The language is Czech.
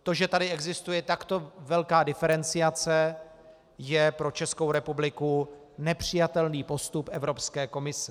To, že tu existuje takto velká diferenciace, je pro Českou republiku nepřijatelný postup Evropské komise.